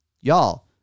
Y'all